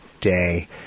day